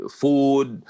food